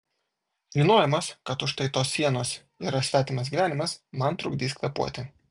žinojimas kad už štai tos sienos yra svetimas gyvenimas man trukdys kvėpuoti